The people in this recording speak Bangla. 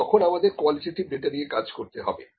কিন্তু তখন আমাদের কোয়ালিটেটিভ ডাটা নিয়ে কাজ করতে হবে